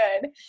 good